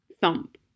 Thump